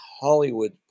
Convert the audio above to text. Hollywood